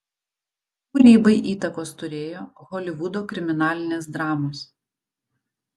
kūrybai įtakos turėjo holivudo kriminalinės dramos